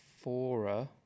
Fora